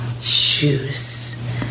shoes